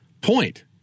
point